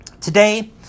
Today